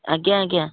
ଆଜ୍ଞା ଆଜ୍ଞା